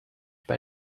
bij